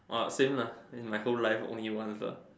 !wah! same lah then my whole life only once lah